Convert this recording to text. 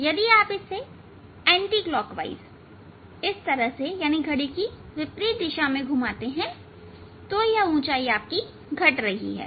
यदि आप इसे एंटी क्लॉक वाइज घुमाते हैं तो ऊंचाई घट रही है